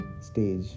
stage